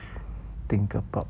think about